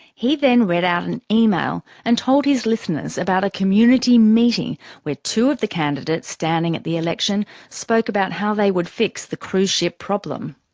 he then read out an email and told his listeners about a community meeting where two of the candidates standing at the election spoke about how they would fix the cruise ship problem.